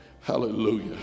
hallelujah